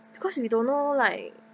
because we don't know like